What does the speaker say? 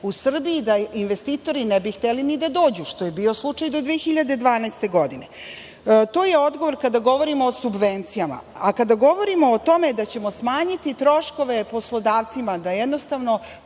u Srbiji da investitori ne bi hteli ni da dođu, što je bio slučaj do 2012. godine. To je odgovor kada govorimo o subvencijama, a kada govorimo o tome da ćemo smanjiti troškove poslodavcima, da jednostavno